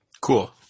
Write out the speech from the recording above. Cool